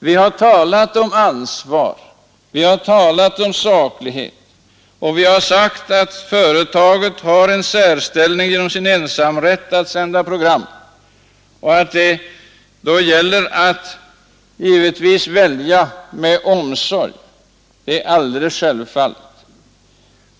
Vi har talat om ansvar och saklighet, och vi har sagt att företaget har en särställning genom sin ensamrätt att sända program. Att det då gäller att välja med omsorg är alldeles självfallet.